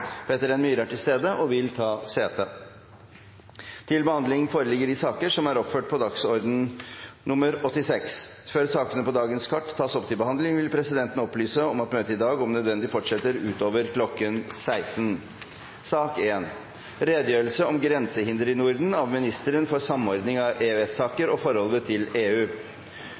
Peter N. Myhre , innkalles for å møte i permisjonstiden. Peter N. Myhre er til stede og vil ta sete. Før sakene på dagens kart tas opp til behandling, vil presidenten opplyse om at møtet i dag om nødvendig fortsetter utover kl. 16. Før statsråd Bakke-Jensen får ordet for å gi sin redegjørelse, vil presidenten foreslå følgende opplegg for debatten knyttet til denne saken: Det tas utgangspunkt i